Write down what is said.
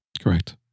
Correct